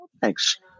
thanks